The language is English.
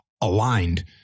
aligned